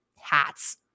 hats